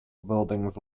buildings